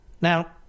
now